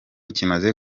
kimaze